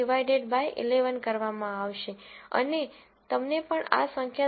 તેથી 10 divided by 11 કરવામાં આવશે અને તમને આ સંખ્યા 0